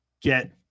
get